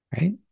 right